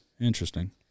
interesting